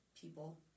people